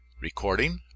Recording